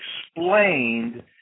explained